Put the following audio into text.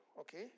okay